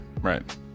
Right